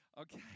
Okay